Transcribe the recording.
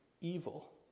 evil